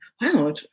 wow